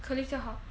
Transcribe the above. colleagues 就好